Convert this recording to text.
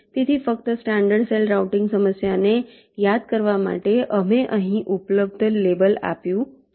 તેથી ફક્ત standard cell routing સમસ્યાને યાદ કરવા માટે અમે અહીં લેબલ આપ્યું છે